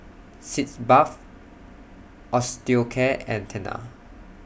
Sitz Bath Osteocare and Tena